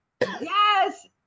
Yes